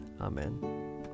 Amen